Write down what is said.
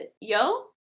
Yo